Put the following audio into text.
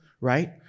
right